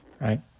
right